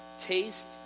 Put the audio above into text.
taste